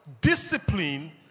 discipline